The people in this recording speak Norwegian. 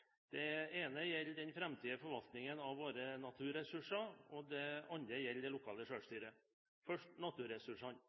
Det ene gjelder den framtidige forvaltningen av våre naturressurser. Det andre gjelder det lokale